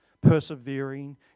persevering